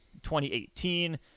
2018